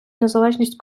незалежність